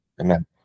Amen